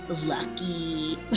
Lucky